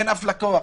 אין אף לקוח,